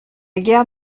guerre